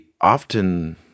often